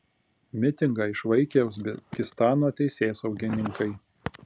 mitingą išvaikė uzbekistano teisėsaugininkai